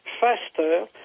faster